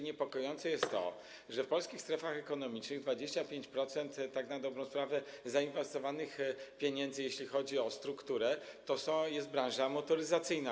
Niepokojące jest to, że w polskich strefach ekonomicznych 25%, tak na dobrą sprawę, zainkasowanych pieniędzy, jeśli chodzi o strukturę, to jest branża motoryzacyjna.